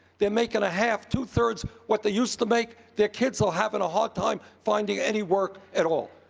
they're making a half, two-thirds what they used to make. their kids are having a hard time finding any work at all.